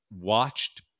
watched